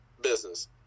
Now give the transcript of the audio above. business